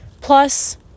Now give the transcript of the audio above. Plus